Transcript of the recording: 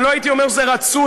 אני לא הייתי אומר שזה רצוי,